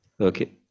Okay